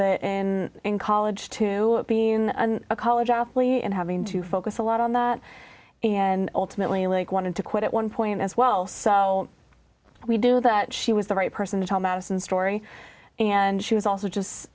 bit in in college to being a college awfully and having to focus a lot on that and ultimately like wanted to quit at one point as well so we do that she was the right person to tell madison story and she was also just